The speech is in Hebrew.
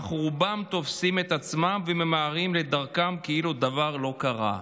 אך רובם תופסים את עצמם וממהרים לדרכם כאילו דבר לא קרה".